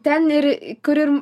ten ir kur ir